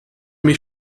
mich